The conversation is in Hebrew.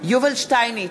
יובל שטייניץ,